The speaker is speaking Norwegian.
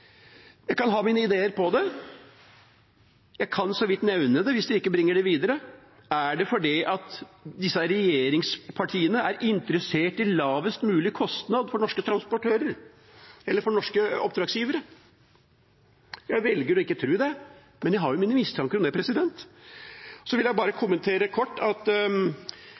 Jeg kan ha mine ideer om det. Jeg kan så vidt nevne det, hvis det ikke bringes videre: Er det fordi disse regjeringspartiene er interessert i lavest mulig kostnad for norske transportører, eller for norske oppdragsgivere? Jeg velger å ikke tro det, men jeg har mine mistanker om det. Så vil jeg bare kort kommentere at